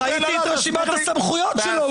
לא --- ראיתי את רשימת הסמכויות שלו,